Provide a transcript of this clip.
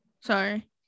sorry